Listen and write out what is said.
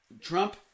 Trump